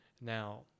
Now